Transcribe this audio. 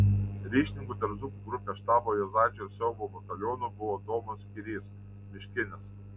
ryšininku tarp dzūkų grupės štabo juozaičio ir siaubo batalionų buvo domas kirys miškinis